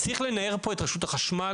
צריך לנער פה את רשות החשמל,